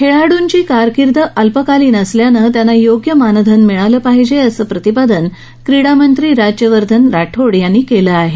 खेळाडूंची कारकीर्द अल्पकालीन असल्यानं त्यांना योग्य मानधन मिळालं पाहिजे असं प्रतिपादन क्रीडामंत्री राज्यवर्धन राठोड यांनी केलं आहे